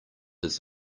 his